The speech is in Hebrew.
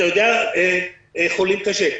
אתה יודע חולים קשה.